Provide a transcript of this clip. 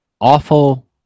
awful